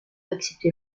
accepté